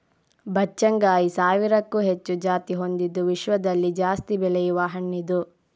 ಬಚ್ಚಗಾಂಯಿ ಸಾವಿರಕ್ಕೂ ಹೆಚ್ಚು ಜಾತಿ ಹೊಂದಿದ್ದು ವಿಶ್ವದಲ್ಲಿ ಜಾಸ್ತಿ ಬೆಳೆಯುವ ಹಣ್ಣಿದು